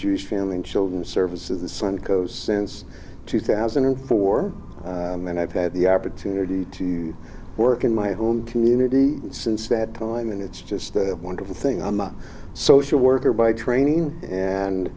jewish family and children's services the suncoast since two thousand and four and i've had the opportunity to work in my own community since that time and it's just a wonderful thing i'm a social worker by training and